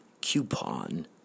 coupon